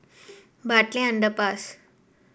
Bartley Underpass